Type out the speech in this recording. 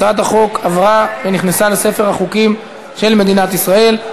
הצעת החוק עברה ונכנסה לספר החוקים של מדינת ישראל.